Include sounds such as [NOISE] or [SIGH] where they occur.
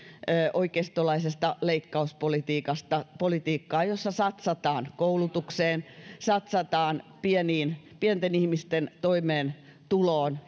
oikeistolaisesta leikkauspolitiikasta politiikkaan jossa satsataan koulutukseen satsataan pienten ihmisten toimeentuloon [UNINTELLIGIBLE]